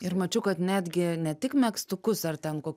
ir mačiau kad netgi ne tik megztukus ar ten kok